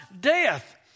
death